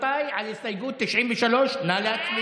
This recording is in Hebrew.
רבותיי, מצביעים כעת על הסתייגות 93. נא להצביע.